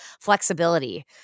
flexibility